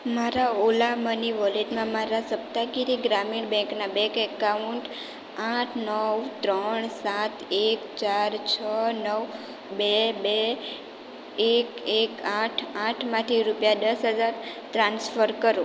મારા Ola money વોલેટમાં મારા સપ્તાગીરી ગ્રામીણ બેંકના બેંક એકાઉન્ટ આઠ નવ ત્રણ સાત એક ચાર છ નવ બે બે એક એક આઠ આઠમાંથી રૂપિયા દસ હજાર ટ્રાન્સફર કરો